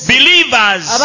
Believers